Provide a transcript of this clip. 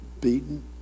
beaten